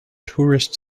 tourist